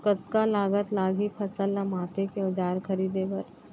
कतका लागत लागही फसल ला मापे के औज़ार खरीदे बर?